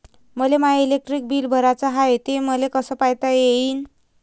मले माय electric bill भराचं हाय, ते मले कस पायता येईन?